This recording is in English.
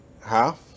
half